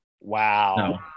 Wow